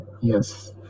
Yes